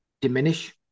diminish